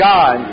God